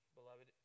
beloved